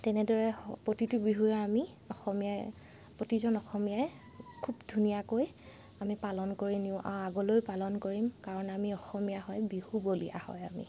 তেনেদৰে প্ৰতিটো বিহুৱে আমি অসমীয়াই প্ৰতিজন অসমীয়াই খুব ধুনীয়াকৈ আমি পালন কৰি নিওঁ আৰু আগলৈও পালন কৰিম কাৰণ আমি অসমীয়া হয় বিহু বলিয়া হয় আমি